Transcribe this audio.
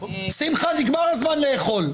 שמחה, נגמר הזמן לאכול.